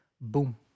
Boom